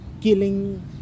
killing